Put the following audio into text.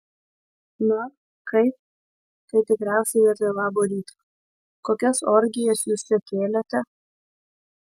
na kaip tai tikriausiai vietoj labo ryto kokias orgijas jūs čia kėlėte